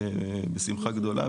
בשמחה גדולה,